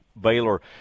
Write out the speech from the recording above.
Baylor